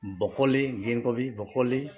broccoli green কবি broccoli